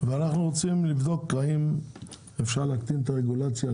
ואנחנו רוצים לבדוק אם אפשר להקטין את הרגולציה,